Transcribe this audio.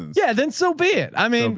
yeah. then so bad. i mean,